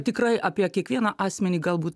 tikrai apie kiekvieną asmenį galbūt